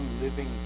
Living